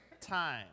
time